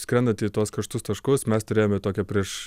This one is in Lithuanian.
skrendant į tuos karštus taškus mes turėjome tokią prieš